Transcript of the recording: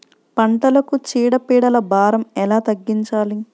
పంటలకు చీడ పీడల భారం ఎలా తగ్గించాలి?